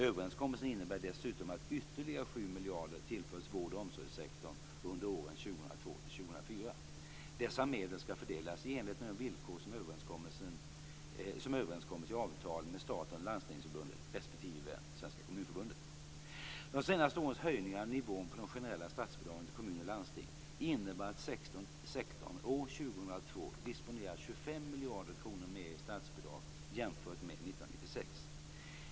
Överenskommelsen innebär dessutom att ytterligare 7 miljarder kronor tillförs vård och omsorgssektorn under åren 2002-2004. Dessa medel skall fördelas i enlighet med villkor som överenskoms i avtal mellan staten och Landstingsförbundet respektive Svenska Kommunförbundet. De senaste årens höjningar av nivån på de generella statsbidragen till kommuner och landsting innebär att sektorn år 2002 disponerar 25 miljarder kronor mer i statsbidrag jämfört med 1996.